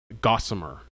gossamer